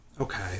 Okay